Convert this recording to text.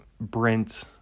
Brent